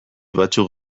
batzuk